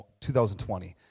2020